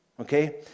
okay